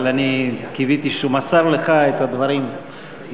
אבל אני קיוויתי שהוא מסר לך את הדברים להשמיע,